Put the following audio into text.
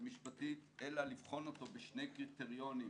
משפטית אלא לבחון אותו בשני קריטריונים.